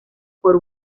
por